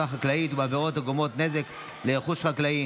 חקלאית ובעבירות הגורמות נזק לרכוש חקלאי,